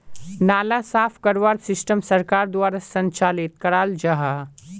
नाला साफ करवार सिस्टम सरकार द्वारा संचालित कराल जहा?